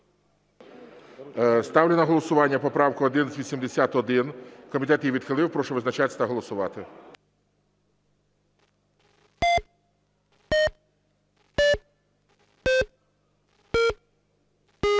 Ставлю на голосування поправку 1181, комітет її відхилив. Прошу визначатися та голосувати.